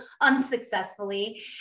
unsuccessfully